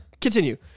Continue